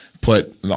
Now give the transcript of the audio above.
put